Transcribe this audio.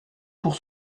pour